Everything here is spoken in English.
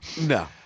No